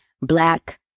black